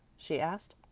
she asked.